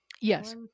Yes